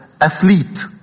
athlete